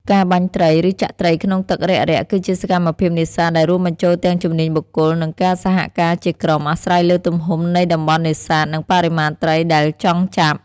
ការបាញ់ត្រី ឬចាក់ត្រីក្នុងទឹករាក់ៗ គឺជាសកម្មភាពនេសាទដែលរួមបញ្ចូលទាំងជំនាញបុគ្គល និងការសហការជាក្រុម អាស្រ័យលើទំហំនៃតំបន់នេសាទ និងបរិមាណត្រីដែលចង់ចាប់។